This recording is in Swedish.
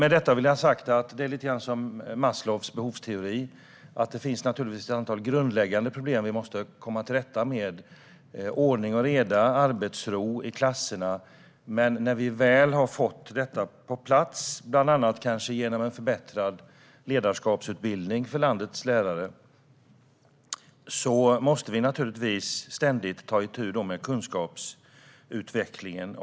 Det är lite som i Maslows behovsteori. Det finns ett antal grundläggande problem som vi måste komma till rätta med, såsom ordning och reda och arbetsro i klasser. Men när vi väl har fått det på plats - kanske bland annat genom förbättrad ledarskapsutbildning för landets lärare - måste vi ständigt ta itu med kunskapsutvecklingen.